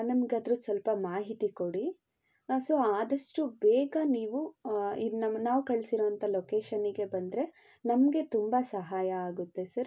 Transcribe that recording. ನಮ್ಗೆ ಅದ್ರದ್ದು ಸ್ವಲ್ಪ ಮಾಹಿತಿ ಕೊಡಿ ಹಾಂ ಸೊ ಆದಷ್ಟು ಬೇಗ ನೀವು ಇದು ನಮ್ಮ ನಾವು ಕಳ್ಸಿರೋವಂಥ ಲೋಕೇಶನ್ನಿಗೆ ಬಂದರೆ ನಮಗೆ ತುಂಬ ಸಹಾಯ ಆಗುತ್ತೆ ಸರ್